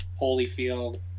Holyfield